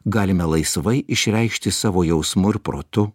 galime laisvai išreikšti savo jausmu ir protu